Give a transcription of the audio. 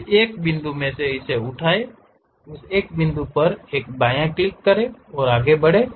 कोई एक बिन्दु मे से ईसे उठाओ उस एक बिंदु पर एक बायाँ क्लिक करें फिर आगे बढ़ें